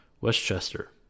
Westchester